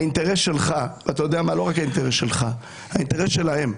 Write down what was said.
האינטרס שלך, ולא רק האינטרס שלך, האינטרס שלהם,